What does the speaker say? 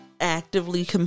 actively